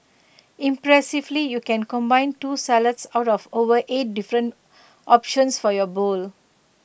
impressively you can combine two salads out of over eight different options for your bowl